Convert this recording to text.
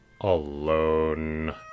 alone